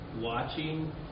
watching